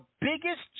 biggest